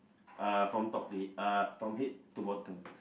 uh from top to head uh from head to bottom